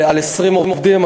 על 20 עובדים,